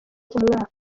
umwaka